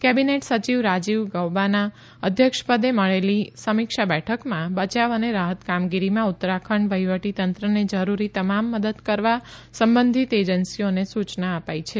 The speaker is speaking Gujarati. કેબિનેટ સચિવ રાજીવ ગાબાના અધ્યક્ષપદે મળેલી સમીક્ષા બેઠકમાં બચાવ અને રાહત કામગીરીમાં ઉત્તરાખંડ વહીવટીતંત્રને જરૂરી તમામ મદદ કરવા સંબંધિત એજન્સીઓને સૂચના અપાઇ છે